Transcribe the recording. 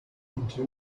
into